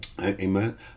amen